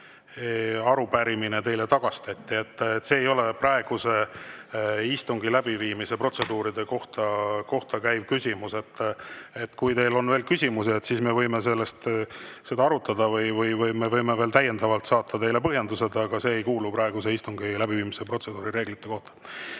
arupärimine teile tagastati. See ei ole praeguse istungi läbiviimise protseduuri kohta käiv küsimus. Kui teil on veel küsimusi, siis me võime seda arutada või täiendavalt saata teile põhjendused. Aga see [küsimus ei ole] praeguse istungi läbiviimise protseduuri reeglite kohta.